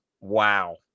Wow